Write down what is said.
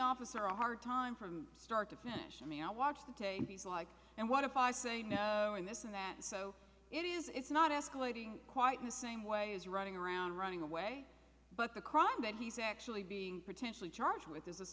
officer a hard time from start to finish i mean i watched the tape he's like and what if i say no in this and that so it is it's not escalating quite missing way is running around running away but the crime that he's actually being potentially charged with this is